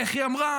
איך היא אמרה?